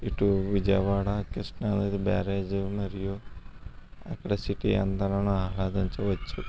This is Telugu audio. ఇటు విజయవాడ కృష్ణా నది బ్యారేజి మరియు అక్కడ సిటీ అందాలను ఆహ్లాదించవచ్చు